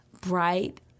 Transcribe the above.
bright